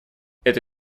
это